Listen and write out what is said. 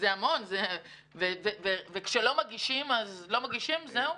וכשלא מגישים אז זהו?